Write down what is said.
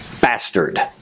bastard